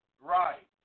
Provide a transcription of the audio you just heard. Right